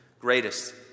greatest